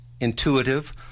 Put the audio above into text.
intuitive